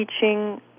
teaching